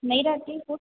नहीं रहती कुट